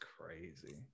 crazy